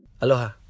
Aloha